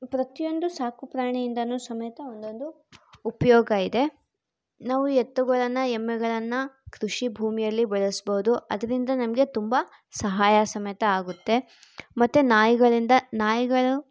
ಪ್ರತಿಯೊಂದು ಸಾಕುಪ್ರಾಣಿಯಿಂದಲೂ ಸಮೇತ ಒಂದೊಂದು ಉಪಯೋಗ ಇದೆ ನಾವು ಎತ್ತುಗಳನ್ನು ಎಮ್ಮೆಗಳನ್ನು ಕೃಷಿ ಭೂಮಿಯಲ್ಲಿ ಬಳಸ್ಬೋದು ಅದರಿಂದ ನಮಗೆ ತುಂಬ ಸಹಾಯ ಸಮೇತ ಆಗುತ್ತೆ ಮತ್ತೆ ನಾಯಿಗಳಿಂದ ನಾಯಿಗಳು